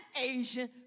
Asian